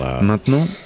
Maintenant